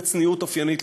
בצניעות אופיינית,